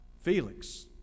Felix